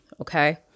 okay